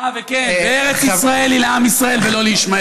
אה, וכן, ארץ ישראל היא לעם ישראל, ולא לישמעאל.